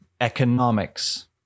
economics